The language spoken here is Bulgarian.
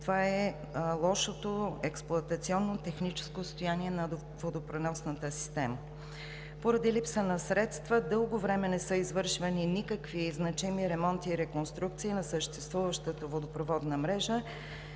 е лошото експлоатационно и техническо състояние на водопреносната система. Поради липсата на средства, дълго време не са извършвани никакви значими ремонти и реконструкции на съществуващата водопроводна мрежа.